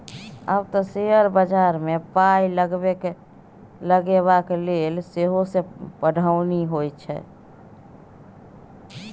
आब तँ शेयर बजारमे पाय लगेबाक लेल सेहो पढ़ौनी होए छै